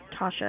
Tasha